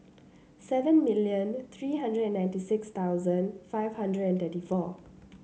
seven million three hundred and ninety six thousand five hundred and thirty four